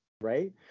right